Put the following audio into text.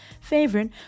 favorite